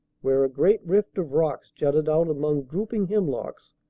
where a great rift of rocks jutted out among drooping hemlocks,